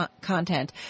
content